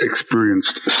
experienced